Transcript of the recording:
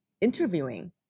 interviewing